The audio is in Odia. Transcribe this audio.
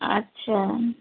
ଆଚ୍ଛା